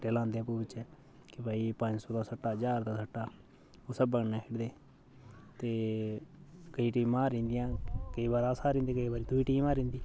सट्टे लांदे आपूं बिच्चे कि भई पंज सौ दा सट्टा ज्हार दा सट्टा उस स्हाब कन्नै खेढदे ते केईं टीमां हारी जंदियां केईं बार अस हारी जंदे केईं बारी दुई टीम हारी जंदी